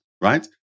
right